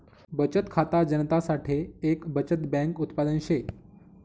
बचत खाता जनता साठे एक बचत बैंक उत्पादन शे